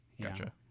Gotcha